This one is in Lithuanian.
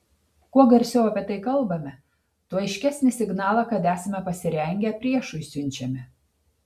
kuo garsiau apie tai kalbame tuo aiškesnį signalą kad esame pasirengę priešui siunčiame